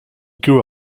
grew